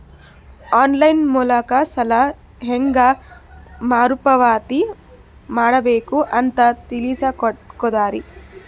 On line ಮೂಲಕ ಸಾಲ ಹೇಂಗ ಮರುಪಾವತಿ ಮಾಡಬೇಕು ಅಂತ ತಿಳಿಸ ಕೊಡರಿ?